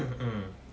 mmhmm